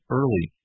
early